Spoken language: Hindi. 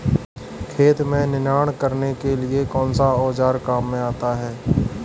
खेत में निनाण करने के लिए कौनसा औज़ार काम में आता है?